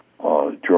George